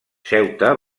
ceuta